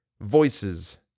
voices